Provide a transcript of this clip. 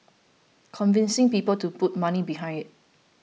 convincing people to put money behind it